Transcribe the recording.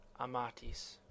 Amatis